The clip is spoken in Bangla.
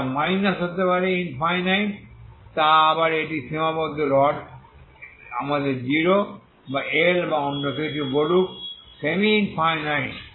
যা মাইনাস হতে পারে ইনফাইনাইট তা বা এটি একটি সীমাবদ্ধ রড আমাদের 0 বা L বা অন্য কিছু বলুক সেমি ইনফাইনাইট